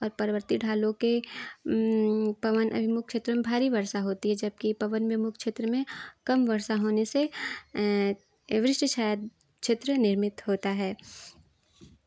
और पर्वतीय ढालों के पवन अभिमुख क्षेत्रों में भारी वर्षा होती है जबकि पवनविमुख क्षेत्र में कम वर्षा होने से वृक्ष छाया क्षेत्र निर्मित होता है